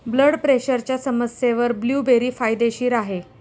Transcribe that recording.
blood प्रेशरच्या समस्येवर blueberry फायदेशीर आहे